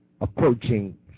approaching